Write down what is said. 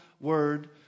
word